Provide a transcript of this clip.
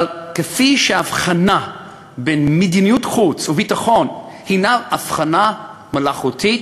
אבל כפי שההבחנה בין מדיניות חוץ וביטחון היא הבחנה מלאכותית,